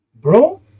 bro